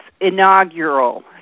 inaugural